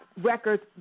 Records